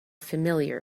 familiar